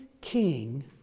king